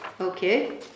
Okay